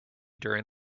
during